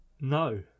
no